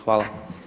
Hvala.